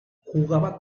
jugaba